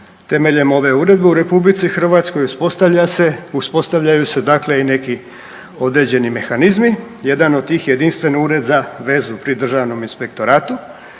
temeljem ove Uredbe u RH uspostavlja se, uspostavljaju se dakle i neki određeni mehanizmi, jedan od tih Jedinstveni ured za vezu pri Državnom inspektoratu